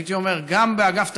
הייתי אומר, גם באגף התקציבים,